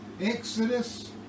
Exodus